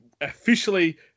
officially